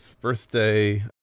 birthday